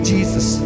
Jesus